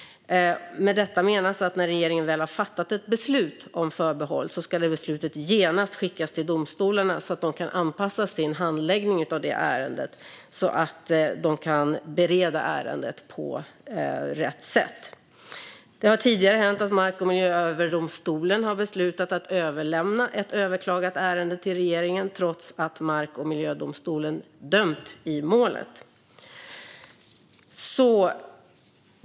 Med detta menas att när väl regeringen har fattat ett beslut om förbehåll ska det beslutet genast skickas till domstolarna så att de kan anpassa sin handläggning av och bereda ärendet på ett riktigt sätt. Det har tidigare hänt att Mark och miljööverdomstolen har beslutat att överlämna ett överklagat ärende till regeringen trots att mark och miljödomstolen har dömt i målet.